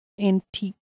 antique